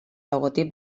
logotip